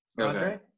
Okay